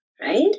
right